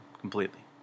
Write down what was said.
completely